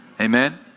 amen